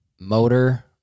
motor